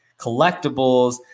collectibles